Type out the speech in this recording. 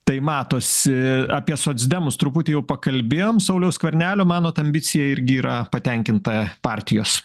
tai matosi apie socdemus truputį jau pakalbėjom sauliaus skvernelio manot ambicija irgi yra patenkinta partijos